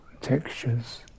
textures